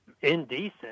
indecent